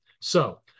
So-